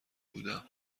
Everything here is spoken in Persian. بودم